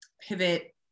pivot